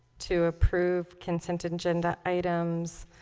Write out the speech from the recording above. to approve consent agenda items